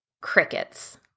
Crickets